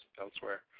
elsewhere